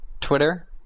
Twitter